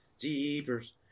Jeepers